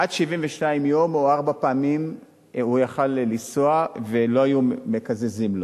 עד 72 יום או ארבע פעמים הוא היה יכול לנסוע ולא היו מקזזים לו.